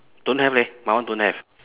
don't have eh my one don't have